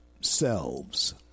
selves